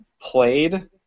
played